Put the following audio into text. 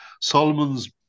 Solomon's